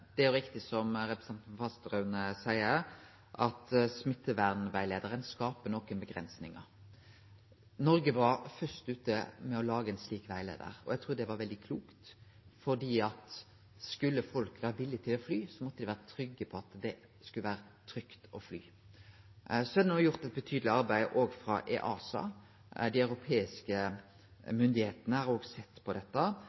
Det er riktig, som representanten Fasteraune seier, at smittevernrettleiaren skaper nokre avgrensingar. Noreg var først ute med å lage ein slik rettleiar, og eg trur det var veldig klokt, for skulle folk vere villige til å fly, måtte dei vere trygge på at det var trygt å fly. Det er no gjort eit betydeleg arbeid frå EASAs side. Dei